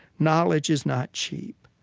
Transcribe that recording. knowledge is not cheap.